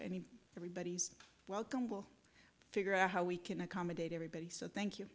mean everybody's welcome will figure out how we can accommodate everybody so thank you